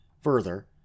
Further